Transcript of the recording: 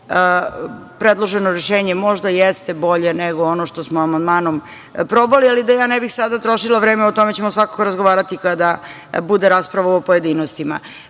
predloženo rešenje možda jeste bolje nego ono što smo amandmanom probali, ali da ja ne bih sada trošila vreme, o tome ćemo svakako razgovarati kada bude rasprava u pojedinostima. To